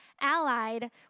allied